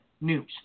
news